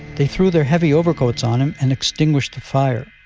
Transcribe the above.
they threw their heavy overcoats on him, and extinguished the fire.